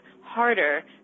harder